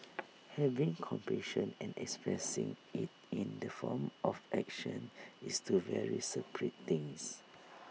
having compassion and expressing IT in the form of action is two very separate things